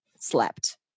slept